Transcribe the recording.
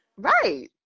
Right